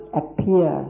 appear